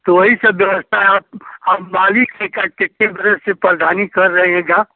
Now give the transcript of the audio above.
तो वही सब व्यवस्था औ आप मालिक से का कितने बरस से प्रधानी कर रहे हैं जा